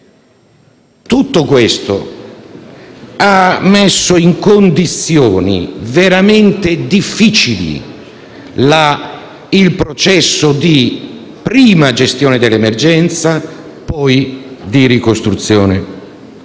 Tutto questo ha messo in condizioni veramente difficili il processo di gestione dell'emergenza prima e di ricostruzione